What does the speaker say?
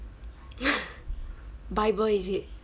bible is it